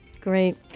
Great